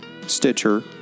Stitcher